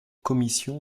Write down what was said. commission